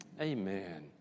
Amen